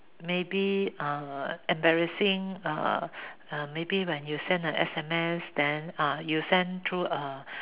maybe uh embarrassing uh maybe when you send a S_M_S then uh you send through a